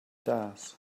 does